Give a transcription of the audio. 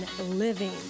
living